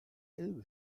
elbe